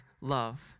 love